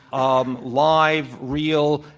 um live, real,